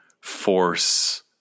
force